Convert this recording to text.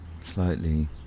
slightly